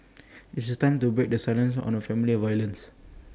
IT is time to break the silence on family violence